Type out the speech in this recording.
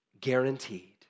Guaranteed